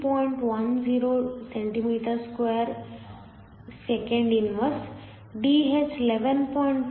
10 cm2 s 1 Dh 11